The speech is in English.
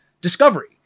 Discovery